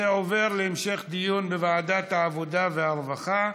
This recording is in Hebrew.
זה עובר להמשך דיון בוועדת העבודה והרווחה.